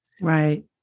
Right